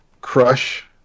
Crush